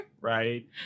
Right